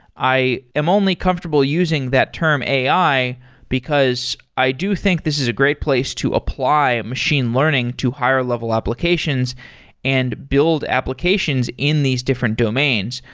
i am only comfortable using that term ai because i do think this is a great place to apply machine learning to hire level applications and build applications in these different domains.